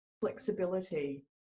flexibility